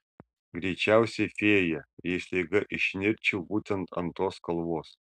greičiausiai fėja jei staiga išnirčiau būtent ant tos kalvos